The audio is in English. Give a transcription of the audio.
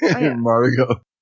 Margo